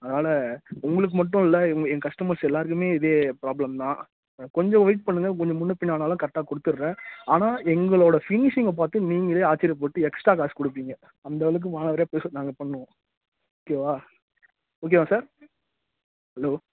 அதனால் உங்களுக்கு மட்டும் இல்லை எங்கள் கஸ்டமர்ஸ் எல்லாேருக்குமே இதே ப்ராப்ளம் தான் கொஞ்சம் வெயிட் பண்ணுங்கள் கொஞ்சம் முன்னேப் பின்னே ஆனாலும் கரெக்டாக கொடுத்துட்றேன் ஆனால் எங்களோடய ஃபினிஷிங்கை பார்த்து நீங்களே ஆச்சரியப்பட்டு எக்ஸ்ட்டா காசு கொடுப்பீங்க அந்தளவுக்கு மானாவாரியாக பேசும் நாங்கள் பண்ணுவோம் ஓகேவா ஓகேவா சார் ஹலோ